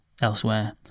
elsewhere